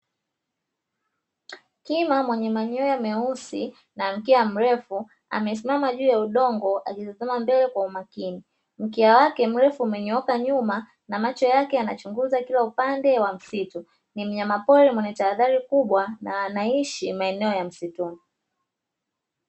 Kima mwenye manyoya meusi na mkia mrefu, amesimama juu ya udongo akitazama mbele kwa umakini. Mkia wake mrefu umenyooka nyuma na macho yake yanachunguza kila upande wa msitu. Ni mnyama pori mwenye tahadhari kubwa na anaishi maeneo ya msituni.